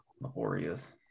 Laborious